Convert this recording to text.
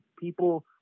people